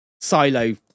silo